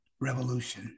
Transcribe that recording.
Revolution